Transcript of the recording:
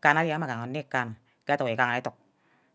Kana ari awor mme agaha onor ikana, ke educk igaha educk